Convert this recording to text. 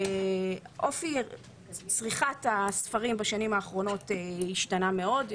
אופי צריכת הספרים בשנים האחרונות השתנה מאוד,